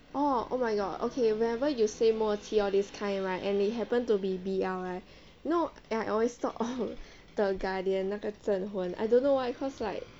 orh oh my god okay whenever you say 默契 all this kind right and it happened to be B_R right you know I always thought of the guardian 那个镇魂 I don't know why cause like